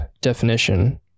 definition